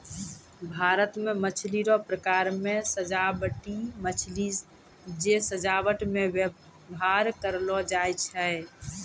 भारत मे मछली रो प्रकार मे सजाबटी मछली जे सजाबट मे व्यवहार करलो जाय छै